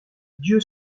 dieu